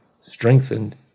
strengthened